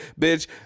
Bitch